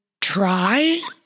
try